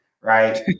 Right